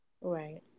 Right